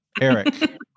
Eric